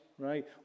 Right